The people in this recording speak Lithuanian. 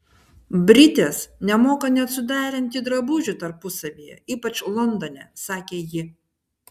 britės nemoka net suderinti drabužių tarpusavyje ypač londone sakė ji